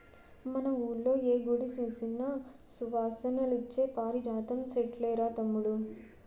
మన వూళ్ళో ఏ గుడి సూసినా సువాసనలిచ్చే పారిజాతం సెట్లేరా తమ్ముడూ